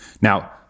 now